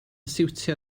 siwtio